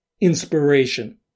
inspiration